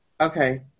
Okay